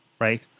right